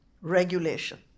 regulation